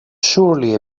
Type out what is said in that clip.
surely